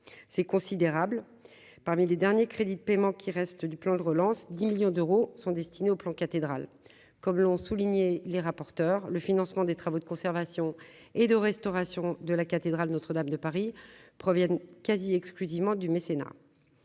c'est considérable parmi les derniers crédits de paiement qui reste du plan de relance 10 millions d'euros sont destinés au plan cathédrale comme l'ont souligné les rapporteurs, le financement des travaux de conservation et de restauration de la cathédrale Notre-Dame de Paris proviennent quasi exclusivement du mécénat,